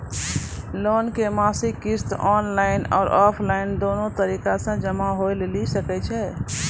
Loan के मासिक किस्त ऑफलाइन और ऑनलाइन दोनो तरीका से जमा होय लेली सकै छै?